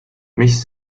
mis